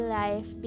life